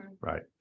Right